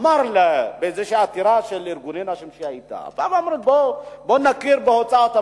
אמר באיזושהי עתירה של ארגוני נשים: בוא נכיר בהוצאת המטפלות.